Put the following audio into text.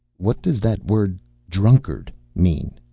what does that word drunkard mean?